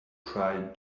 try